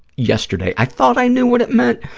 yesterday. i thought i knew what it meant,